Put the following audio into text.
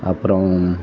அப்புறம்